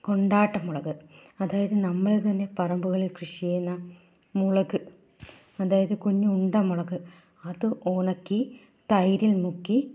കൊണ്ടാട്ടം മുളക് അതായത് നമ്മൾ തന്നെ പറമ്പുകളിൽ കൃഷി ചെയ്യുന്ന മുളക് അതായത് കുഞ്ഞ് ഉണ്ട മുളക് അത് ഉണക്കി തൈരിൽ മുക്കി